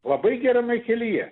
labai gerame kelyje